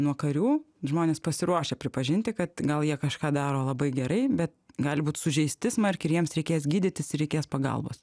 nuo karių žmonės pasiruošę pripažinti kad gal jie kažką daro labai gerai bet gali būti sužeisti smarkiai ir jiems reikės gydytis reikės pagalbos